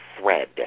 thread